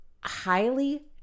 highly